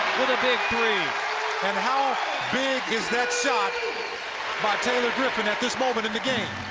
big three. and how big is that shot by taylor griffin at this moment in the game?